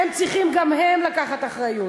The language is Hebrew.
גם הם צריכים לקחת אחריות,